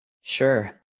Sure